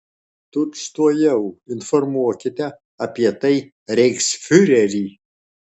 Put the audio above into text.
tučtuojau informuokite apie tai reichsfiurerį